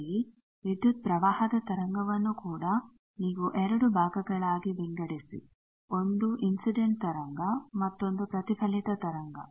ಅಂತೆಯೇ ವಿದ್ಯುತ್ ಪ್ರವಾಹದ ತರಂಗವನ್ನು ಕೂಡ ನೀವು 2 ಭಾಗಗಳಾಗಿ ವಿಂಗಡಿಸಿ 1 ಇನ್ಸಿಡೆಂಟ್ ತರಂಗ ಮತ್ತೊಂದು ಪ್ರತಿಫಲಿತ ತರಂಗ